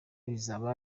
bizaba